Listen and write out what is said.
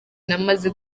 namaze